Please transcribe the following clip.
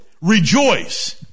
Rejoice